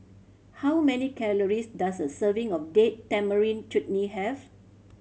how many calories does a serving of Date Tamarind Chutney have